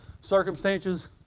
circumstances